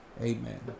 Amen